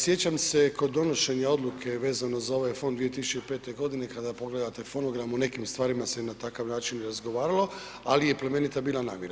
Sjećam se kod donošenja odluke vezano za ovaj fond 2005.g. kada pogledate fonogram u nekim stvarima se na takav način razgovaralo, ali je plemenita bila namjera.